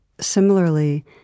Similarly